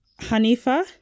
Hanifa